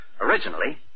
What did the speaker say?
originally